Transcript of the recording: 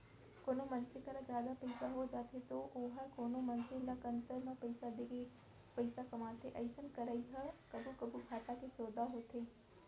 कोनो मनसे करा जादा पइसा हो जाथे तौ वोहर कोनो मनसे ल कन्तर म पइसा देके पइसा कमाथे अइसन करई ह कभू कभू घाटा के सौंदा होथे